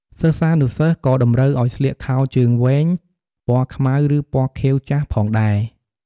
សិស្សានុសិស្សក៏តម្រូវឱ្យស្លៀកខោជើងវែង ពណ៌ខ្មៅ ឬពណ៌ខៀវចាស់ផងដែរ។